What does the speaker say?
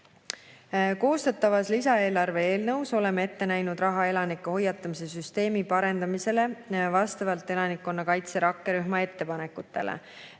Koostatavas lisaeelarve eelnõus oleme ette näinud raha elanike hoiatamise süsteemi parendamisele vastavalt elanikkonnakaitse rakkerühma ettepanekutele.